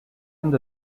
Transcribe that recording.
end